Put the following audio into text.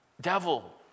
devil